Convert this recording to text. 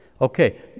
Okay